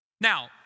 Now